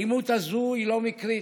האלימות הזאת היא לא מקרית.